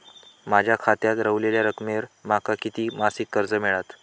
माझ्या खात्यात रव्हलेल्या रकमेवर माका किती मासिक कर्ज मिळात?